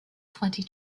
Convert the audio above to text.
twenty